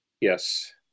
Yes